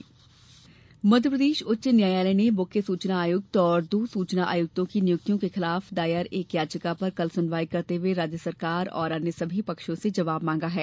सुचना आयुक्त नोटिस मध्य प्रदेश उच्च न्यायालय ने मुख्य सूचना आयुक्त व दो सूचना आयुक्तों की नियुक्तियों के खिलाफ दायर एक याचिका पर कल सुनवाई करते हुए राज्य सरकार और अन्य सभी पक्षों से जवाब मांगा है